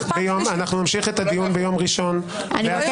אנחנו נמשיך את הדיון ביום ראשון בהצעת